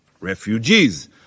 refugees